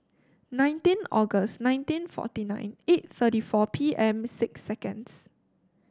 nineteen August nineteen forty nine eight thirty four P M six seconds